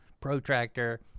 protractor